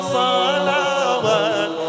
salawat